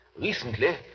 Recently